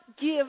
give